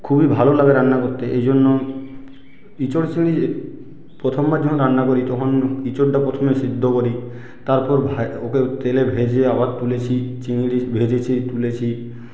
খুবই ভালো লাগে রান্না করতে এই জন্য ইঁচড় চিংড়ি প্রথমবার যখন রান্না করি তখন ইঁচড়টা প্রথমে সেদ্ধ করি তারপর ওকে তেলে ভেজে আবার তুলেছি চিংড়ি ভেজেছি তুলেছি